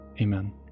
Amen